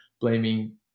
blaming